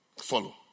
Follow